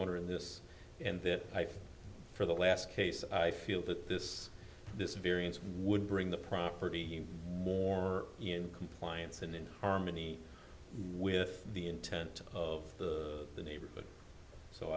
owner in this and that for the last case i feel that this this variance would bring the property more in compliance and in harmony with the intent of the neighborhood so